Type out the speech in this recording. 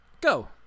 go